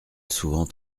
souvent